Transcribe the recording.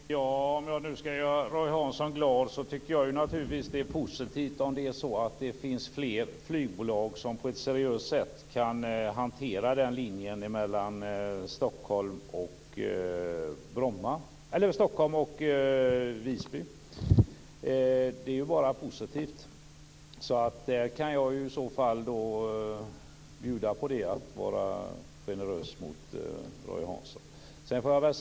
Fru talman! Om jag nu ska göra Roy Hansson glad så tycker jag naturligtvis att det är positivt om det finns fler flygbolag som på ett seriöst sätt kan hantera linjen mellan Stockholm och Visby. Det är bara positivt. Då kan jag vara generös mot Roy Hansson och bjuda på det.